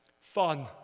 Fun